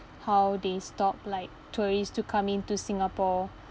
how they stop like tourists to come into singapore